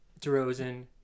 DeRozan